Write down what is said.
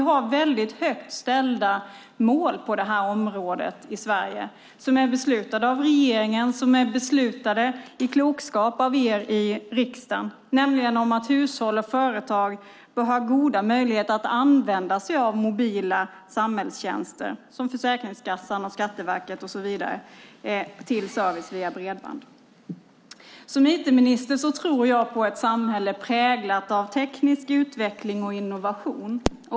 I Sverige har vi på det här området väldigt högt satta mål som är beslutade av regeringen och som i klokskap beslutats av er i riksdagen, nämligen om att hushåll och företag bör ha goda möjligheter att använda sig av mobila samhällstjänster när det gäller Försäkringskassan, Skatteverket och så vidare, av service via bredband. Som IT-minister tror jag på ett samhälle präglat av teknisk utveckling och innovation.